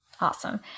Awesome